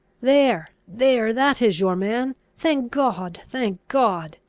there, there, that is your man! thank god! thank god!